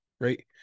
right